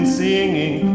singing